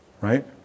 Right